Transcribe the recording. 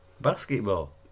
Basketball